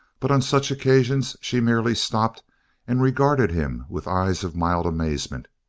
but on such occasions she merely stopped and regarded him with eyes of mild amazement.